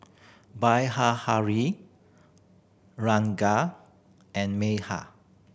Ranga and Medha